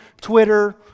Twitter